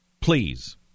Please